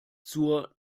zur